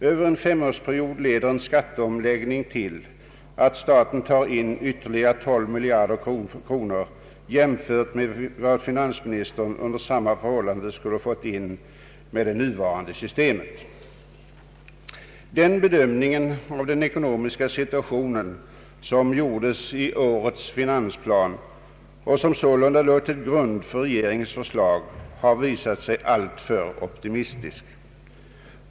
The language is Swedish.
Över en femårsperiod leder en skatteomläggning till att staten tar in ytterligare 12 miljarder kronor jämfört med vad finansministern under samma förhållanden skulle fått in med det nuvarande systemet. Den bedömning av den ekonomiska situationen som gjordes i årets finansplan och som sålunda låg till grund för regeringens förslag har visat sig alltför optimistisk.